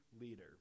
leader